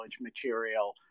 material